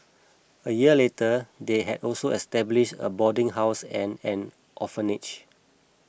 a year later they had also established a boarding house and an orphanage